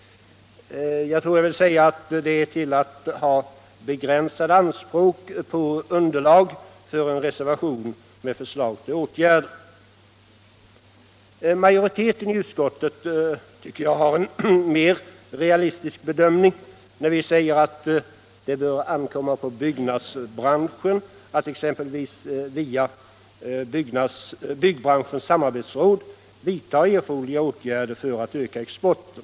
Jag vill säga att det är till att ha begränsade anspråk på underlag för en reservation med förslag till åtgärder. Majoriteten i utskottet tycker jag gör en mer realistisk bedömning, när vi säger att det bör ankomma på byggnadsbranschen att, exempelvis via byggbranschens samarbetsråd, vidta erforderliga åtgärder för att öka exporten.